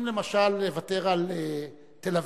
אם למשל נוותר על תל-אביב,